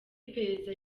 iperereza